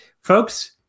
Folks